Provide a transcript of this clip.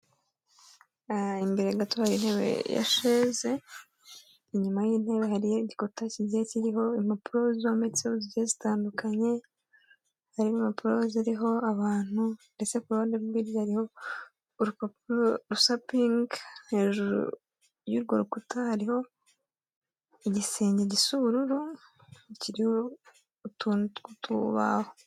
Imbere gato hari intebe ya sheze, inyuma y'intebe hari igikuta kigiye kiriho impapuro zometseho zigiye zitandukanye. Harimo impapuro ziriho abantu ndetse ku ruhande rw'iburyo hariho urupapuro rusa pinki. Hejuru y'urwo rukuta hariho igisenge gisa ubururu kiriho utuntu tw'ubaho.